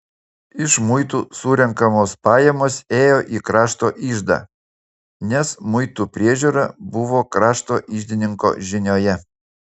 iš muitų surenkamos pajamos ėjo į krašto iždą nes muitų priežiūra buvo krašto iždininko žinioje